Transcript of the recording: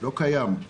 לא קיים.